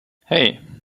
hey